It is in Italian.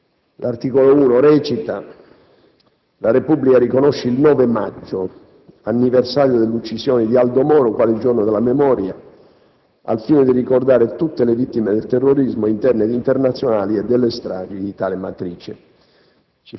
L'articolo 1 recita: «La Repubblica riconosce il 9 maggio, anniversario dell'uccisione di Aldo Moro, quale "Giorno della memoria", al fine di ricordare tutte le vittime del terrorismo, interno e internazionale, e delle stragi di tale matrice ».